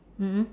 mm mm